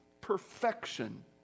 perfection